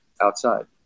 outside